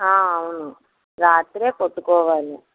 అవును రాత్రి కొట్టుకోవాలి